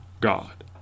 God